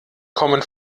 kommen